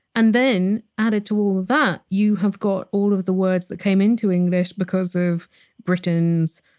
and then, added to all that, you have got all of the words that came into english because of britain's,